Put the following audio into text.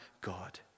God